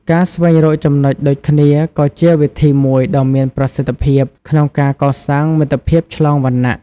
ការស្វែងរកចំណុចដូចគ្នាក៏ជាវិធីមួយដ៏មានប្រសិទ្ធភាពក្នុងការកសាងមិត្តភាពឆ្លងវណ្ណៈ។